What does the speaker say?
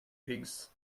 pigs